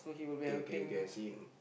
okay okay okay I see him